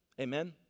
Amen